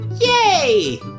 Yay